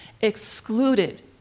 excluded